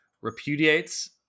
repudiates